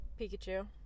Pikachu